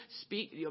speak